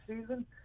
season